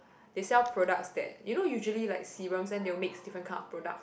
they sell products that you know like normally serums then they will mix different kind of products